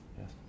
Yes